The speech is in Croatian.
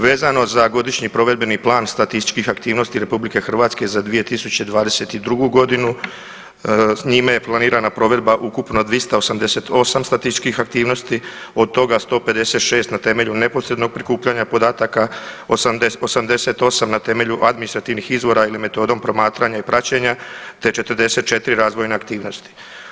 Vezano za Godišnji provedbeni plan statističkih aktivnosti RH za 2022.g. njima je planirana provedba ukupno 278 statističkih aktivnosti od toga 156 na temelju neposrednog prikupljanja podataka, 88 na temelju administrativnih izvora ili metodom promatranja i praćenja te 44 razvojne aktivnosti.